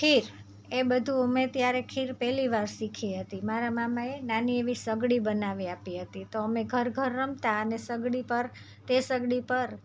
ખીર એ બધુ અમે ત્યારે ખીર પહેલી વાર શીખી હતી મારા મામાએ નાની એવી સગડી બનાવી આપી હતી તો અમે ઘર ઘર રમતા અને સગડી પર તે સગડી પર